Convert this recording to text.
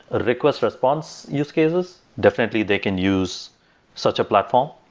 ah request response use cases, definitely they can use such a platform.